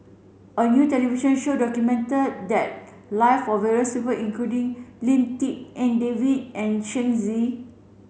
a new television show documented the live of various people including Lim Tik En David and Shen Xi